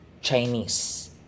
Chinese